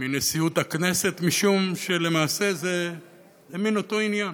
מנשיאות הכנסת, משום שלמעשה זה מין אותו עניין.